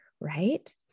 right